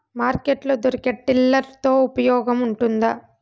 Market లో దొరికే tiller తో ఉపయోగం ఉంటుందా?